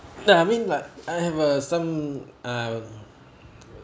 no I mean like I have uh some uh